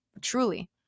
truly